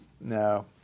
No